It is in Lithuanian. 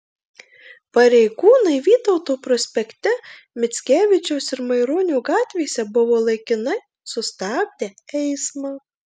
pareigūnai vytauto prospekte mickevičiaus ir maironio gatvėse buvo laikinai sustabdę eismą